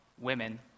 women